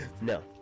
no